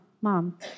mom